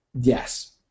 yes